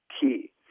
key